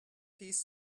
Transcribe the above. piece